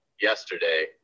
yesterday